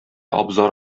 абзар